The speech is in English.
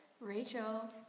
Rachel